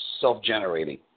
self-generating